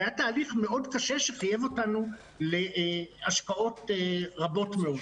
היה תהליך מאוד קשה שחייב אותנו להשקעות רבות מאוד.